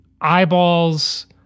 eyeballs